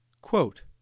Quote